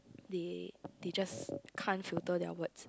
they they just can't filter their words